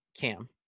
Cam